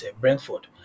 Brentford